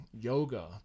yoga